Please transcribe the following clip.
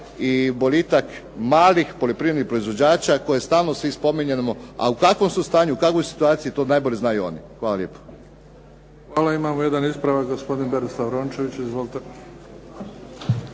i boljitak malih poljoprivrednih proizvođača koje stalno svi spominjemo, a u kakvom su stanju, kakvoj situaciji, to najbolje znaju oni. Hvala lijepo. **Bebić, Luka (HDZ)** Hvala. Imamo jedan ispravak, gospodin Berislav Rončević. Izvolite.